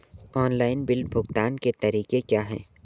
Online bill भुगतान के तरीके क्या हैं?